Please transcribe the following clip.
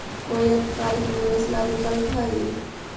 कोई अल्पकालिक निवेश ला विकल्प हई?